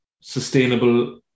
sustainable